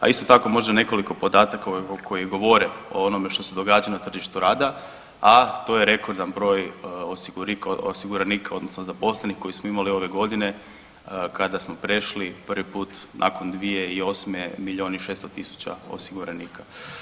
A isto tako možda nekoliko podataka koji govore o onome što se događa na tržištu rada, a to je rekordan broj osiguranika odnosno zaposlenih koji smo imali ove godine kada smo prešli prvi put nakon 2008. milion i 600 tisuća osiguranika.